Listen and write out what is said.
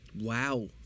Wow